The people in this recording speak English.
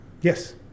Yes